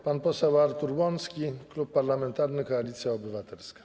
Pan poseł Artur Łącki, Klub Parlamentarny Koalicja Obywatelska.